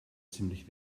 ziemlich